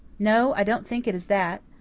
no, i don't think it is that.